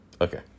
okay